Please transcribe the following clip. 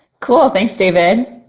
cool. thanks, david.